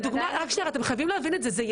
אתם חייבים להבין את זה.